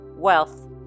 wealth